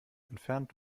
entfernt